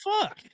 fuck